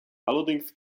allerdings